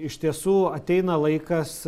iš tiesų ateina laikas